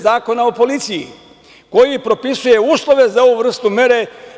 Zakona o policiji, koji propisuje uslove za ovu vrstu mere.